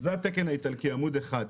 עמוד אחד.